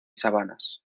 sabanas